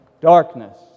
darkness